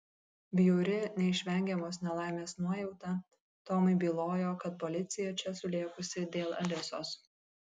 bjauri neišvengiamos nelaimės nuojauta tomui bylojo kad policija čia sulėkusi dėl alisos